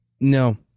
No